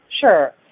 Sure